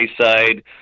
side